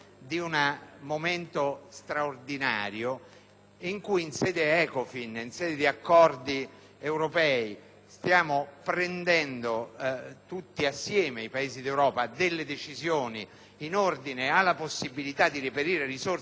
stiamo prendendo, tutti assieme i Paesi d'Europa, delle decisioni in ordine alla possibilità di reperire risorse per lo sviluppo che sicuramente terranno conto dell'opportunità di